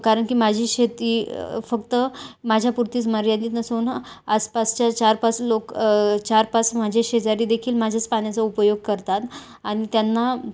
कारण की माझी शेती फक्त माझ्यापुरतीच मर्यादित नसून आसपासच्या चार पाच लोक चार पाच माझे शेजारीदेखील माझ्याच पाण्याचा उपयोग करतात आणि त्यांना